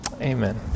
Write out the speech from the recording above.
Amen